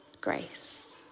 grace